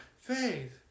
faith